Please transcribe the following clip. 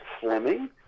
Fleming